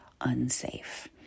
unsafe